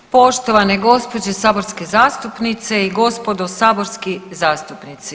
poštovane gospođe saborske zastupnice i gospodo saborski zastupnici.